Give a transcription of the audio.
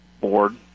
board